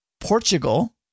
Portugal